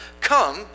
come